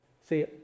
See